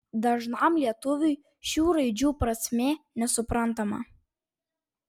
dažnam lietuviui šių raidžių prasmė nesuprantama